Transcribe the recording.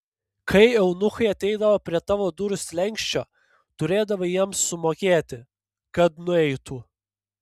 kai eunuchai ateidavo prie tavo durų slenksčio turėdavai jiems sumokėti kad nueitų